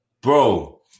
Bro